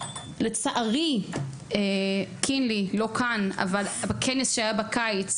לצערי קינלי לא כאן אבל בכנס שהיה בקיץ